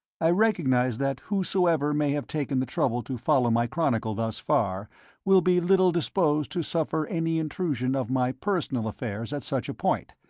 i recognize that whosoever may have taken the trouble to follow my chronicle thus far will be little disposed to suffer any intrusion of my personal affairs at such a point.